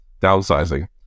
downsizing